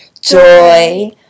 joy